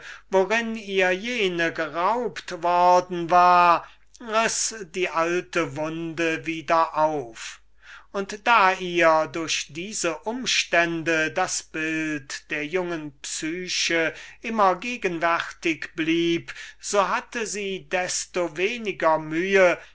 worin psyche geraubt worden war riß die alte wunde wieder auf und da ihr durch diese umstände das bild der jungen psyche immer gegenwärtig blieb so hatte sie desto weniger mühe